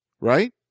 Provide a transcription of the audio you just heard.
Right